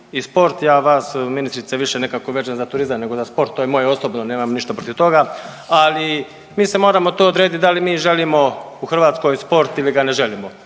i sport. Ja vas ministrice više nekako vežem za turizam nego za sport, to je moje osobno nemam ništa protiv toga, ali mi se moramo to odrediti da li mi želimo u Hrvatskoj sport ili ga ne želimo.